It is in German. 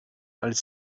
als